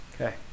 okay